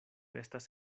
estas